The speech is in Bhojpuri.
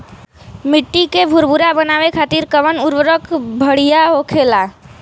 मिट्टी के भूरभूरा बनावे खातिर कवन उर्वरक भड़िया होखेला?